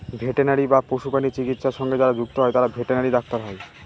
veterinary বা পশুপ্রাণী চিকিৎসা সঙ্গে যারা যুক্ত হয় তারা ভেটেনারি ডাক্তার হয়